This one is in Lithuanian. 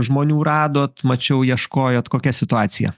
žmonių radot mačiau ieškojot kokia situacija